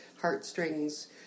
heartstrings